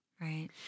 Right